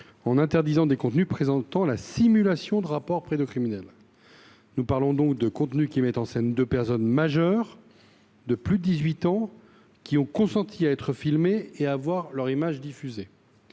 en interdisant des contenus présentant la simulation de rapport pédocriminels. Nous parlons donc de contenus qui mettent en scène deux personnes majeures, qui ont consenti à être filmées et à ce que leur image soit diffusée.